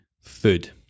food